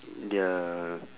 their